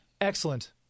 Excellent